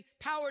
power